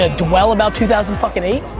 ah dwell about two thousand fucking eight?